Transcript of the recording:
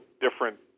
different